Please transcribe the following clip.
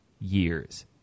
years